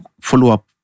follow-up